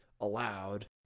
allowed